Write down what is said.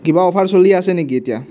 কিবা অফাৰ চলি আছে নেকি এতিয়া